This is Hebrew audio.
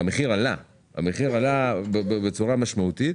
וגם המחיר עלה בצורה משמעותית,